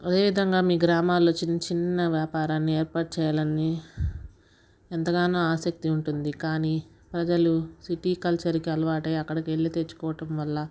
అదేవిధంగా మీ గ్రామాల్లో చిన్న చిన్న వ్యాపారాన్ని ఏర్పాటు చేయాలని ఎంతగానో ఆసక్తి ఉంటుంది కాని ప్రజలు సిటి కల్చర్కి అలవాటై అకడికి వెళ్ళి తెచ్చుకోవడం వల్ల